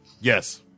Yes